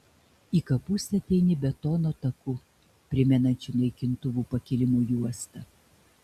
į kapus ateini betono taku primenančiu naikintuvų pakilimo juostą